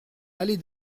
allée